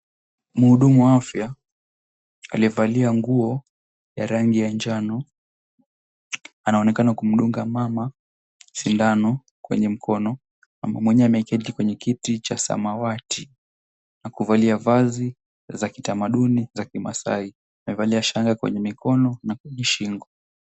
Mhudumu wa afya aliyevalia nguo ya rangi ya njano anaonekana kumdunga mama sindano kwenye mkono. Mama mwenyewe ameketi kwenye kiti cha samawati na kuvalia vazi za kitamaduni za kimaasai. Amevalia shanga kwenye mikono na kwenye shingo.